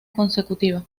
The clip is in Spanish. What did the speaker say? consecutiva